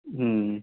હં